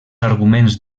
arguments